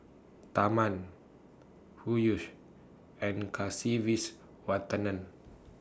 Tharman Peyush and Kasiviswanathan